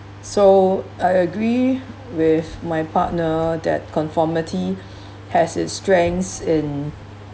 so I agree with my partner that conformity has its strengths in